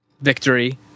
victory